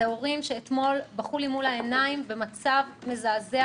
אלה הורים שאתמול בכו לי מול העיניים במצב מזעזע